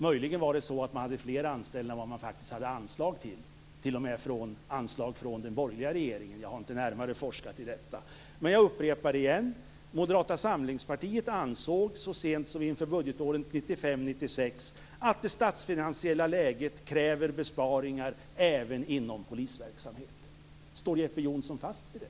Möjligen hade man t.o.m. flera anställda än vad man faktiskt hade anslag till från den borgerliga regeringen. Jag har inte närmare forskat i detta. Jag upprepar att Moderata samlingspartiet så sent som inför budgetåret 1995/96 ansåg att det statsfinansiella läget kräver besparingar även inom polisverksamheten. Står Jeppe Johnsson fast vid det?